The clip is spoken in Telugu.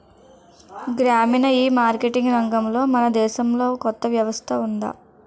గ్రామీణ ఈమార్కెటింగ్ రంగంలో మన దేశంలో కొత్త వ్యవస్థ ఉందా?